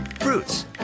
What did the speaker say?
fruits